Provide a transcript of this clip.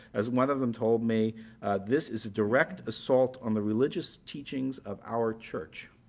as one of them told me this is a direct assault on the religious teachings of our church.